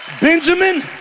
Benjamin